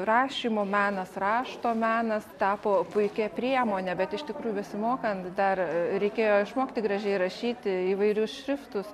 rašymo menas rašto menas tapo puikia priemone bet iš tikrųjų besimokant dar reikėjo išmokti gražiai rašyti įvairius šriftus